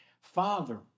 Father